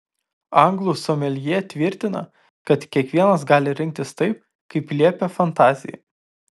anglų someljė tvirtina kad kiekvienas gali rinktis taip kaip liepia fantazija